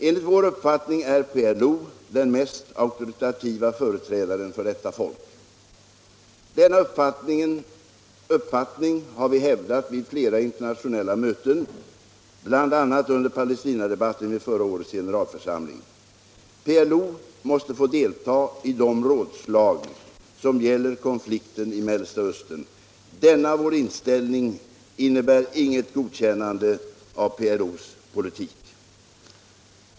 Enligt vår uppfattning är PLO den mest auktoritativa företrädaren för detta folk. Denna uppfattning har vi hävdat vid flera internationella möten, bl.a. under palestinadebatten vid förra årets generalförsamling. PLO måste få delta i de rådslag som gäller konflikten i Mellersta Östern. Denna vår inställning innebär inget godkännande av PLO:s politik.